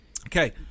Okay